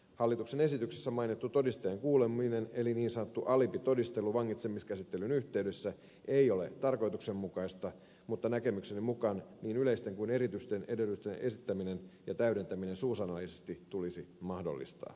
hallituksen esityksessä mainittu todistajan kuuleminen eli niin sanottu alibitodistelu vangitsemiskäsittelyn yhteydessä ei ole tarkoituksenmukaista mutta näkemykseni mukaan niin yleisten kuin erityistenkin edellytysten esittäminen ja täydentäminen suusanallisesti tulisi mahdollistaa